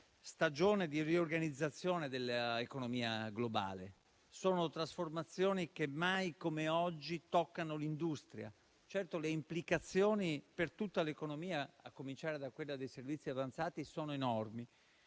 stagione di riorganizzazione dell'economia globale: sono trasformazioni che mai come oggi toccano l'industria. Certo, le implicazioni per tutta l'economia, a cominciare da quella dei servizi avanzati, sono enormi,